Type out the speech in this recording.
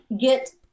get